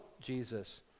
Jesus